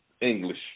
English